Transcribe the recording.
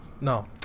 No